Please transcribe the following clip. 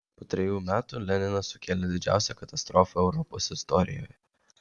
po trejų metų leninas sukėlė didžiausią katastrofą europos istorijoje